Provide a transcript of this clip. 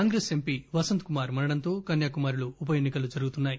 Congress MP Vasanthakumar మరణంతో కన్యాకుమారిలో ఉప ఎన్నికలు జరుగుతున్నాయి